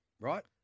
right